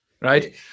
Right